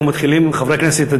חברי הכנסת,